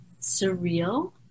surreal